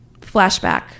flashback